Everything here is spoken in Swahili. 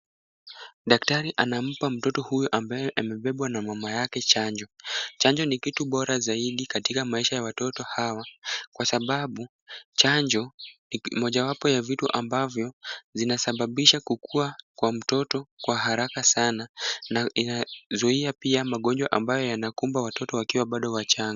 Daktari anampa mtoto huyu ambaye amebebwa na mama yake chanjo. Chanjo ni kitu bora zaidi katika maisha ya watoto hawa kwa sababu chanjo ni mojawapo ya vitu ambavyo zinasababisha kukua kwa mtoto kwa haraka sana na inazuia pia magonjwa ambayo yanakumba watoto wakiwa bado wachanga.